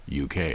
UK